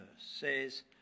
says